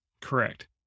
Correct